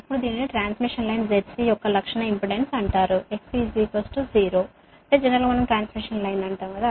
ఇప్పుడు దీనిని transmission line ZC యొక్క లక్షణ ఇంపెడెన్స్ అంటారు